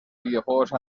videojuegos